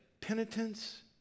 penitence